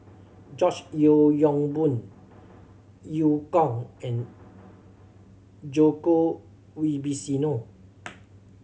George Yeo Yong Boon Eu Kong and Djoko Wibisono